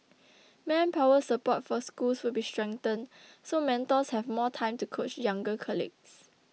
manpower support for schools will be strengthened so mentors have more time to coach younger colleagues